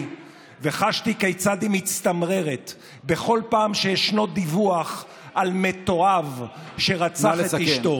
וחשתי כיצד היא מצטמררת בכל פעם שישנו דיווח על מתועב שרצח את אישתו,